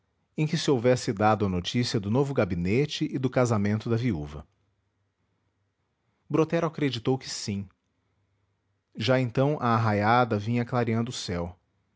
em que se houvesse dado a notícia do novo gabinete e do casamento da viúva brotero acreditou que sim já então a arraiada vinha clareando o céu